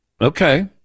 Okay